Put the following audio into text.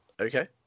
Okay